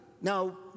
Now